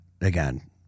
again